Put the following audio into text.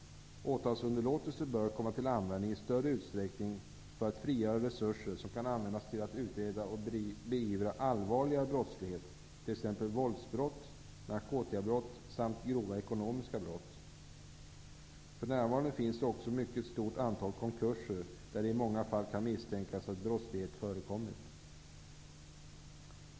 Åtalsunderlåtelse bör komma till användning i större utsträckning för att frigöra resurser som kan användas till att utreda och beivra allvarligare brottslighet, t.ex. våldsbrott, narkotikabrott och grova ekonomiska brott. För närvarande finns också ett mycket stort antal konkurser där det i många fall kan misstänkas att brottslighet förekommit.